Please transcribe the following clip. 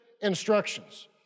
instructions